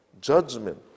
judgment